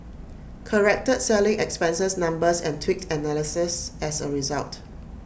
corrected selling expenses numbers and tweaked analyses as A result